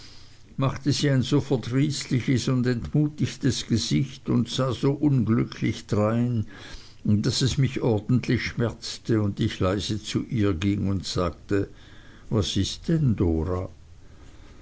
machte sie ein so verdrießliches und entmutigtes gesicht und sah so unglücklich drein daß es mich ordentlich schmerzte und ich leise zu ihr ging und sagte was ist denn dora